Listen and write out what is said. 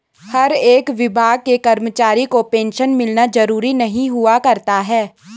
हर एक विभाग के कर्मचारी को पेन्शन मिलना जरूरी नहीं हुआ करता है